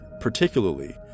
particularly